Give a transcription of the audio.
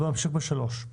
בואו נמשיך ל-(3).